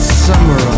summer